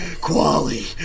Quali